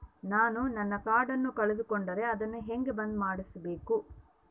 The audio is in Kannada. ನಾನು ನನ್ನ ಕಾರ್ಡನ್ನ ಕಳೆದುಕೊಂಡರೆ ಅದನ್ನ ಹೆಂಗ ಬಂದ್ ಮಾಡಿಸಬೇಕು?